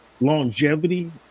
longevity